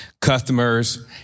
customers